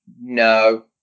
No